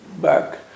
back